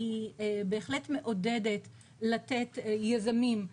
היא בהחלט מעודדת לתת ליזמים,